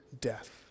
death